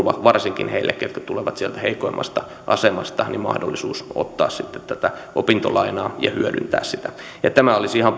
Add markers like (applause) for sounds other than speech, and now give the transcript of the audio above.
varsinkin heille jotka tulevat sieltä heikoimmasta asemasta turva ja mahdollisuus ottaa sitten tätä opintolainaa ja hyödyntää sitä ja tämä olisi ihan (unintelligible)